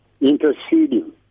interceding